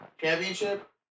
championship